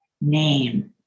name